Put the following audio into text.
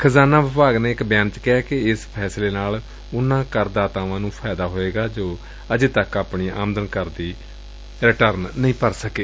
ਖਜ਼ਾਨਾ ਵਿਭਾਗ ਨੇ ਇਕ ਬਿਆਨ ਚ ਕਿਹੈ ਕਿ ਏਸ ਫੈਸਲੇ ਨਾਲ ਉਨੂਾਂ ਕਰ ਦਾਤਾਵਾਂ ਨੂੰ ਫਾਇਦਾ ਹੋਵੇਗਾ ਜੋ ਅਜੇ ਤੱਕ ਆਪਣੀ ਆਮਦਨ ਕਰ ਦੀ ਰਿਟਰਨ ਨਹੀਂ ਭਰ ਸਕੇ